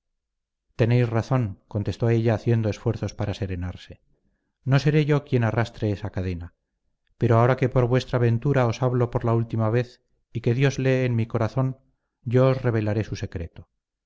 tenéis razón contestó ella haciendo esfuerzos para serenarse no seré yo quien arrastre esa cadena pero ahora que por vuestra ventura os hablo por la última vez y que dios lee en mi corazón yo os revelaré su secreto